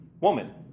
Woman